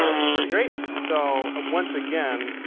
so looks pretty great. so once again,